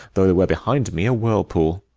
though there were behind me a whirlpool.